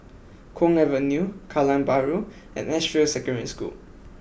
Kwong Avenue Kallang Bahru and Edgefield Secondary School